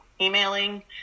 emailing